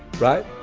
right,